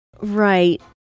Right